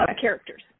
characters